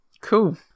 Cool